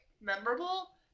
memorable